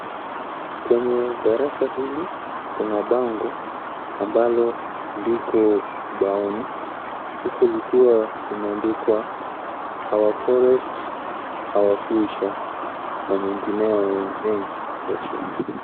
Kwenye darasa hili, kuna bango ambalo liko ubaoni. Huku likiwa limeandikwa, our forests our future na mengineyo mengi mengi, huko chini.